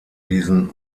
diesen